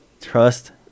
Trust